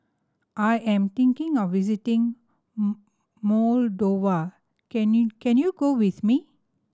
I am thinking of visiting Moldova can you can you go with me